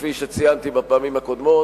כפי שציינתי בפעמים הקודמות,